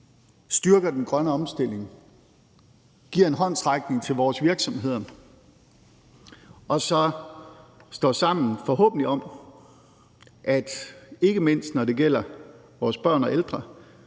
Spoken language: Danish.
styrker den grønne omstilling, giver en håndsrækning til vores virksomheder og så står sammen om – forhåbentlig – at ikke mindst når det gælder vores børn og ældre,